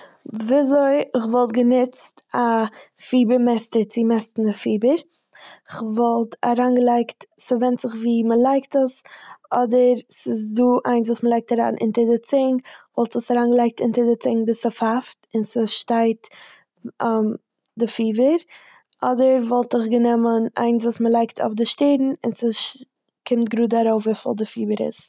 וויזוי כ'וואלט גענוצט א פיבער מעסטער צו מעסטן די פיבער. כ'וואלט אריינגעלייגט- ס'ווענדט זיך וואו מ'לייגט עס, אדער ס'איז דא איינס וואס מ'לייגט אריין אינטער די צונג, כ'וואלט עס אריינגעלייגט אינטער די צונג ביז ס'פייפט און ס'שטייט די פיבער, אדער וואלט איך גענומען איינס וואס מ'לייגט אויף די שטערן און ס'ש- קומט גראד ארויף וויפיל די פיבער איז.